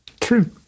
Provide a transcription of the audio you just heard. True